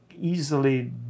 easily